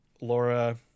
Laura